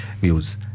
views